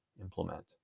implement